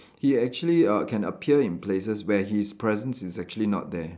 he actually uh can appear in places where his presence is actually not there